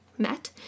met